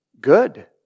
good